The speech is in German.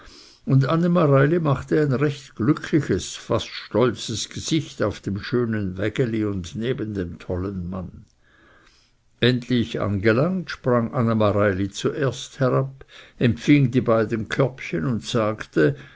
und anne meieli machte ein recht glückliches fast stolzes gesicht auf dem schönen wägeli und neben dem tollen mann endlich angelangt sprang anne meieli zuerst herab empfing die beiden körbchen und sagte